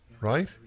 Right